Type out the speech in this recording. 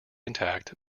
intact